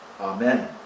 Amen